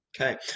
Okay